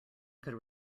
could